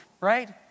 Right